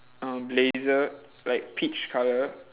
um blazer like peach colour